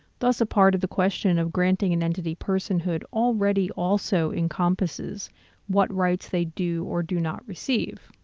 thus a part of the question of granting an entity personhood already also encompasses what rights they do or do not receive.